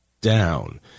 down